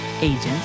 agents